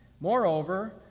Moreover